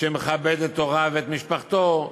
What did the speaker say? המכבד את הוריו ואת משפחתו,